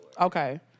Okay